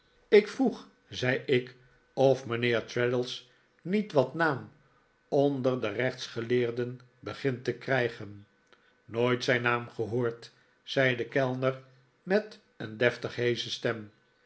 ik vroeg zej ik of mijnheer traddles niet wat naam onder de rechtsgeleerden begint te krijgen nooit zijn naam gehoord zei de kellner met een deftig heesche stem